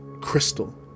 crystal